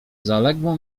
zaległo